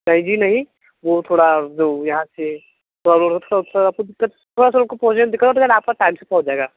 नहीं जी नहीं वो थोड़ा जो यहाँ से थोड़ा दूर आपको दिक़्क़त थोड़ा सा आपको पहुँचने में दिक़्क़त टाइम से पहुँच जाएगा